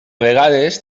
vegades